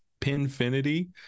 Pinfinity